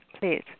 Please